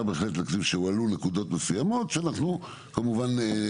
בהחלט להוסיף שהועלו נקודות מסוימות שאנחנו --- אבל